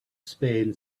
spain